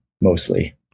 mostly